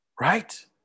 Right